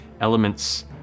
elements